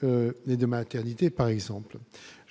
de maternités par exemple